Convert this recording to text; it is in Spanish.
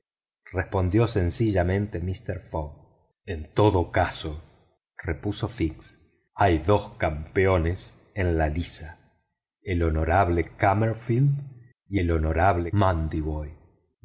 repitió sencillamente mister fogg en todo caso repuso fix hay dos campeones en la liza el honorable kamerfield y el honorable